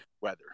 weather